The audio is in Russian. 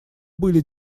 были